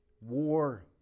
War